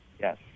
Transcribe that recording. Yes